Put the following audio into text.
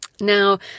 Now